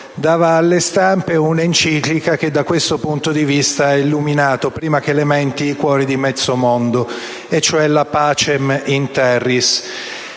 dava alle stampe un'enciclica che da questo punto di vista ha illuminato, prima che le menti, i cuori di mezzo mondo. Mi riferisco